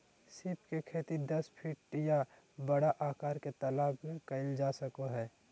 सीप के खेती दस फीट के या बड़ा आकार के तालाब में कइल जा सको हइ